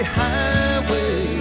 highway